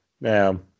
Now